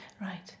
Right